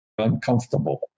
uncomfortable